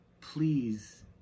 please